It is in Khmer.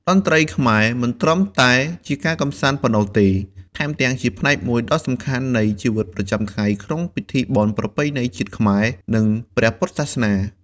តន្ត្រីខ្មែរមិនត្រឹមតែជាការកម្សាន្តប៉ុណ្ណោះទេ ថែមទាំងជាផ្នែកមួយដ៏សំខាន់នៃជីវិតប្រចាំថ្ងៃក្នុងពិធីបុណ្យប្រពៃណីជាតិខ្មែរ និងពព្រះពុទ្ធសាសនា។